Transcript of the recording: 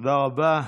תודה רבה.